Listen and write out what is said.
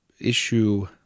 issue